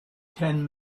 ten